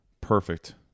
perfect